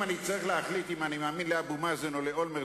אם אני צריך להחליט אם אני מאמין לאבו מאזן או לאולמרט,